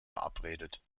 verabredet